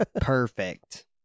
Perfect